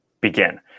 begin